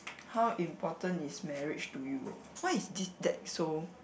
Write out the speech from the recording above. how important is marriage to you why is that so